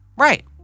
Right